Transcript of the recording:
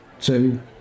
two